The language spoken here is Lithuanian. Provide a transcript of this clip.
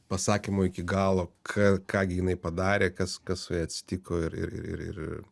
pasakymo iki galo ką ką gi jinai padarė kas kas su ja atsitiko ir ir